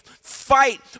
fight